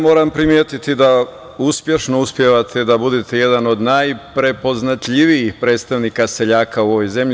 Moram primetiti da uspešno uspevate da budete jedan od najprepoznatljivijih predstavnika seljaka u ovoj zemlji.